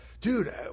dude